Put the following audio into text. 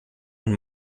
und